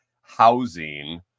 housing